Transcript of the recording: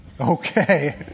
Okay